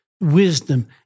wisdom